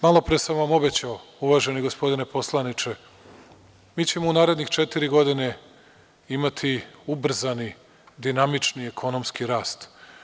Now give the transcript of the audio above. Malopre sam vam obećao, uvaženi gospodine poslaniče, mi ćemo u naredne četiri godine imati ubrzani dinamični ekonomski rast.